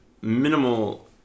minimal